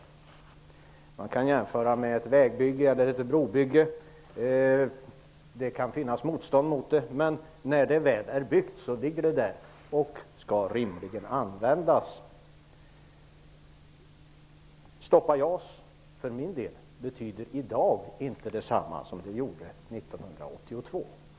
Man kan jämföra med ett väg eller ett broprojekt. Det kan finnas motstånd mot ett sådant, men när det väl ligger där färdigbyggt skall anläggningen rimligen användas. ''Stoppa JAS'' betyder för min del i dag självklart inte detsamma som det gjorde 1982.